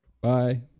bye